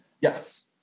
Yes